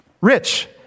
rich